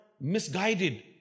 misguided